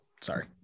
sorry